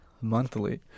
monthly